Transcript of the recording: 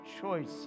choice